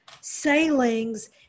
sailings